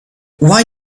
why